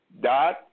dot